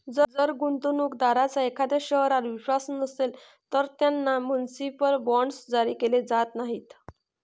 जर गुंतवणूक दारांचा एखाद्या शहरावर विश्वास नसेल, तर त्यांना म्युनिसिपल बॉण्ड्स जारी केले जात नाहीत